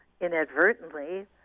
inadvertently